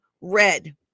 red